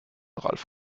ralf